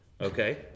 okay